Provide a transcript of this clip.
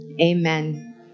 Amen